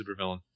supervillain